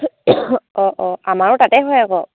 অঁ অঁ আমাৰো তাতেই হয় আকৌ